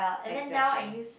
exactly